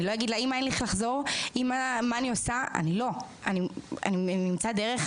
אני אמצא דרך,